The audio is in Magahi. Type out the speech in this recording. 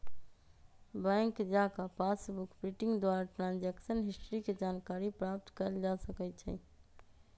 बैंक जा कऽ पासबुक प्रिंटिंग द्वारा ट्रांजैक्शन हिस्ट्री के जानकारी प्राप्त कएल जा सकइ छै